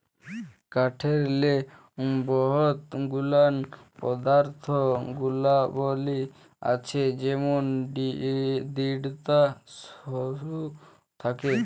কাঠেরলে বহুত গুলান পদাথ্থ গুলাবলী আছে যেমল দিঢ়তা শক্ত থ্যাকে